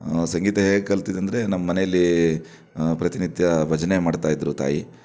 ಸಂಗೀತ ಹೇಗೆ ಕಲ್ತಿದ್ದು ಅಂದರೆ ನಮ್ಮ ಮನೆಯಲ್ಲಿ ಪ್ರತಿನಿತ್ಯ ಭಜನೆ ಮಾಡ್ತಾ ಇದ್ದರು ತಾಯಿ